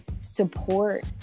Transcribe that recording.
support